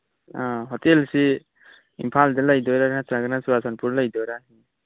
ꯑꯥ ꯍꯣꯇꯦꯜꯁꯤ ꯏꯝꯐꯥꯜꯗ ꯂꯩꯗꯣꯏꯔꯥ ꯅꯠꯇ꯭ꯔꯒꯅ ꯆꯨꯔꯆꯥꯟꯄꯨꯔꯗ ꯂꯩꯗꯣꯏꯔꯥ